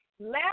left